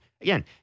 again